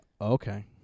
Okay